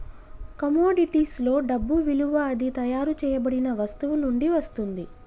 కమోడిటీస్లో డబ్బు విలువ అది తయారు చేయబడిన వస్తువు నుండి వస్తుంది